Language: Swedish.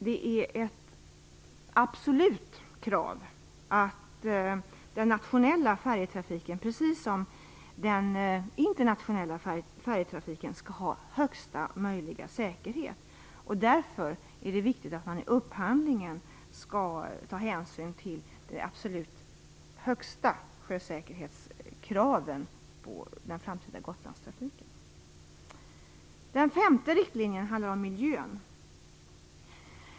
Det är ett absolut krav att den nationella färjetrafiken, precis som den internationella skall ha högsta, möjliga säkerhet. Därför är det viktigt att man vid upphandlingen tar hänsyn till de absolut högsta sjösäkerhetskraven för den framtida Gotlandstrafiken. Den femte riktlinjen handlar om miljön.